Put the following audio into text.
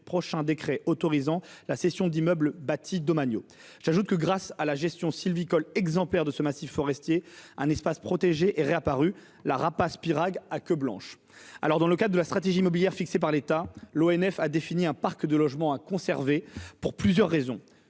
prochain décret autorisant la cession d'immeubles bâtis domaniaux. Je précise que, grâce à la gestion sylvicole exemplaire de ce massif forestier, une espèce protégée est réapparue : le rapace appelé pygargue à queue blanche. Dans le cadre de la stratégie immobilière fixée par l'État, l'ONF a défini un parc de logements à conserver pour plusieurs raisons,